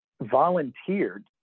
volunteered